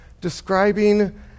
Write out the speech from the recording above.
describing